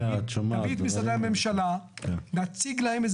נביא את משרדי הממשלה, נציג להם.